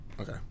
Okay